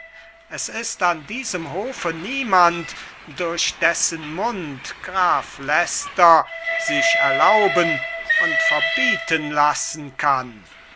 es ist an diesem hofe niemand durch dessen mund graf leicester sich erlauben und verbieten lassen kann